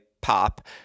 pop